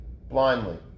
blindly